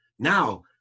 now